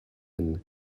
inn